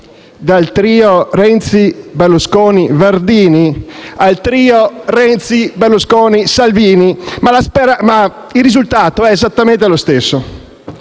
dal trio Renzi-Berlsuconi-Verdini al trio Renzi-Berlusconi-Salvini, ma il risultato è esattamente lo stesso.